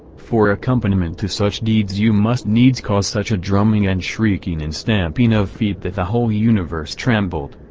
for accompaniment to such deeds you must needs cause such a drumming and shrieking and stamping of feet that the whole universe trembled.